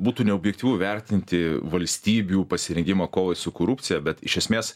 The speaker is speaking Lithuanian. būtų neobjektyvu vertinti valstybių pasirengimą kovai su korupcija bet iš esmės